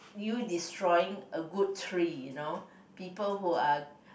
you destroying a good tree you know people who are